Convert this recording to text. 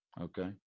Okay